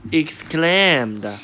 exclaimed